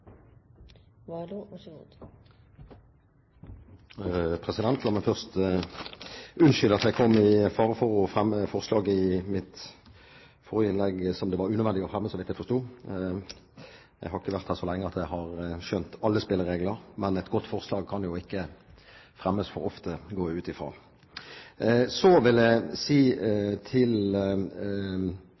La meg først unnskylde at jeg kom i skade for å fremme et forslag i mitt forrige innlegg som det var unødvendig å fremme, så vidt jeg forsto. Jeg har ikke vært her så lenge at jeg har skjønt alle spilleregler, men et godt forslag kan jo ikke fremmes for ofte, går jeg ut fra. Så til statsrådens omtale av forskningsbudsjettet: Jeg